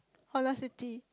Honda City